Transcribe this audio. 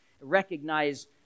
Recognize